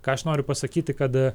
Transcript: ką aš noriu pasakyti kad